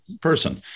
person